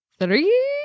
Three